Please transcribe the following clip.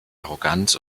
arroganz